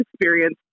experience